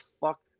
fuck